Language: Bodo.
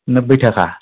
नोबबै थाखा